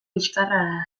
liskarra